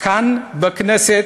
כאן בכנסת,